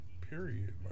period